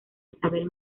isabel